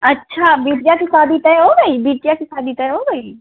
अच्छा बिटिया की शादी तय हो गई बिटिया की शादी तय हो गई